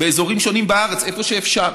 באזורים שונים בארץ, איפה שאפשר,